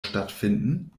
stattfinden